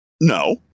No